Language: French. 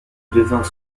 devint